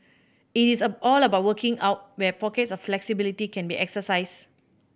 it is all about working out where pockets of flexibility can be exercised